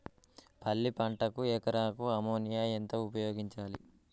పల్లి పంటకు ఎకరాకు అమోనియా ఎంత ఉపయోగించాలి?